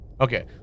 Okay